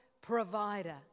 provider